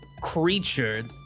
creature